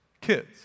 Kids